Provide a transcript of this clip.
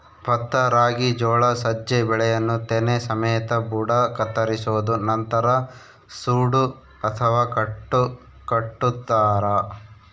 ಭತ್ತ ರಾಗಿ ಜೋಳ ಸಜ್ಜೆ ಬೆಳೆಯನ್ನು ತೆನೆ ಸಮೇತ ಬುಡ ಕತ್ತರಿಸೋದು ನಂತರ ಸೂಡು ಅಥವಾ ಕಟ್ಟು ಕಟ್ಟುತಾರ